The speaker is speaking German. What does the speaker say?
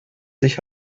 sich